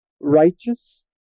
righteous